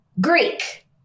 Greek